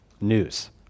news